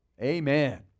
Amen